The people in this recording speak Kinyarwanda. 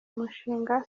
mushinga